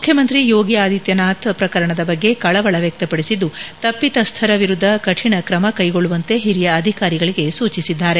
ಮುಖ್ಯಮಂತ್ರಿ ಯೋಗಿ ಆದಿತ್ಯನಾಥ್ ಪ್ರಕರಣದ ಬಗ್ಗೆ ಕಳವಳ ವ್ಯಕ್ತಪದಿಸಿದ್ದು ತಪ್ಪಿತಸ್ಥರ ವಿರುದ್ದ ಕಠಿಣ ಕ್ರಮ ಕೈಗೊಳ್ಳುವಂತೆ ಹಿರಿಯ ಅಧಿಕಾರಿಗಳಿಗೆ ಸೂಚಿಸಿದ್ದಾರೆ